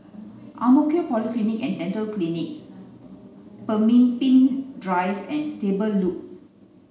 Ang Mo Kio Polyclinic and Dental Clinic Pemimpin Drive and Stable Loop